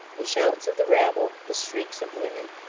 the shouts of the rabble, the shrieks of women,